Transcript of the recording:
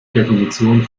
definition